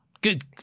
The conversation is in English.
Good